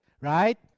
Right